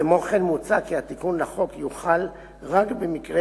כמו כן מוצע כי התיקון לחוק יוחל רק במקרה